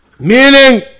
Meaning